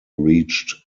reached